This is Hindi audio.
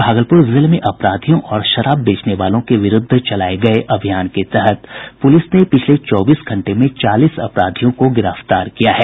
भागलपुर जिले में अपराधियों और शराब बेचने वालों के विरुद्ध चलाये गये विशेष अभियान के तहत पुलिस ने पिछले चौबीस घंटे में चालीस अपराधियों को गिरफ्तार किया है